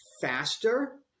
faster